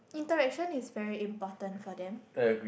interaction is very important for them